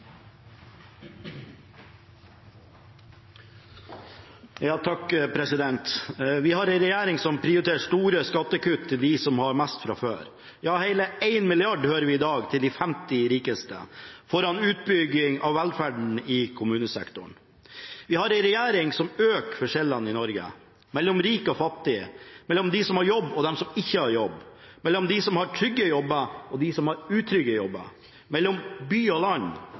ja, hele 1 mrd. kr hører vi i dag – til de 50 rikeste, foran utbygging av velferden i kommunesektoren. Vi har en regjering som øker forskjellene i Norge: mellom rik og fattig mellom dem som har jobb, og dem som ikke har jobb mellom dem som har trygge jobber, og dem som har utrygge jobber mellom by og land